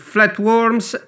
Flatworms